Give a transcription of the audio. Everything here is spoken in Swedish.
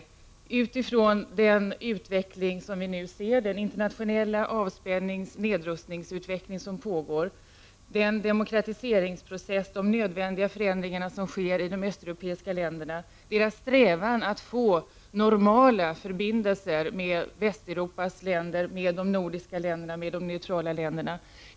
I den utveckling som nu pågår, med internationell avspänning och nedrustning, och den demokratiseringsprocess och de nödvändiga förändringar som sker i de östeuropeiska länderna, ingår en strävan att få normala förbindelser med Västeuropas länder, de nordiska länderna och de neutrala länderna.